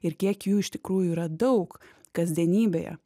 ir kiek jų iš tikrųjų yra daug kasdienybėje